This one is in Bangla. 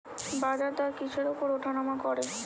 বাজারদর কিসের উপর উঠানামা করে?